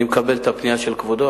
אני מקבל את הפנייה של כבודו,